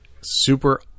Super